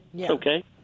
Okay